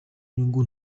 nyungu